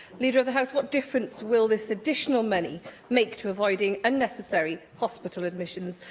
leader of the house, what difference will this additional money make to avoiding unnecessary hospital admissions,